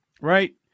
Right